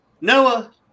Noah